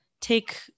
take